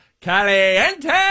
caliente